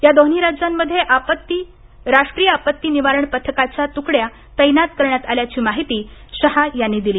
या दोन्ही रांज्यामध्ये राष्ट्रीय आपत्ति निवारण पथकाच्या तुकड्या तैनात करण्यात आल्याची माहिती शहा यांनी दिली